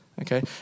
Okay